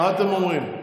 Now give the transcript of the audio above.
מה אתם אומרים?